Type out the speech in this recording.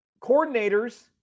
coordinators